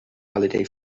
holiday